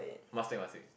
must take must take